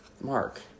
Mark